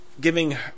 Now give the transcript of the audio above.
giving